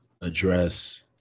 address